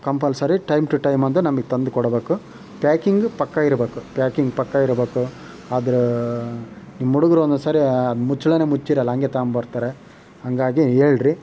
compulsory time to time ಅದು ನಮಗ್ ತಂದು ಕೊಡಬೇಕು ಪ್ಯಾಕಿಂಗ್ ಪಕ್ಕ ಇರ್ಬೇಕು ಪ್ಯಾಕಿಂಗ್ ಪಕ್ಕ ಇರ್ಬೇಕು ಆದರೆ ನಿಮ್ಮುಡುಗರು ಒನ್ನೊಂದ್ಸರಿ ಆ ಮುಚ್ಚಳಾನೇ ಮುಚ್ಚಿರಲ್ಲ ಹಂಗೆ ತಗೊಂಬರ್ತಾರೆ ಹಂಗಾಗಿ ಹೇಳ್ರಿ